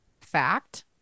fact